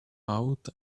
out